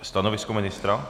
Stanovisko ministra?